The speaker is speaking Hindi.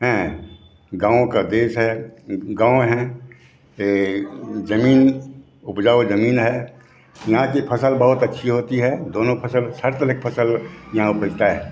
हैं गाँव का देश है गाँव है यह ज़मीन उपजाऊ ज़मीन है यहाँ की फसल बहुत अच्छी होती है दोनों फसल हर तरह की फसल यहाँ उपजता है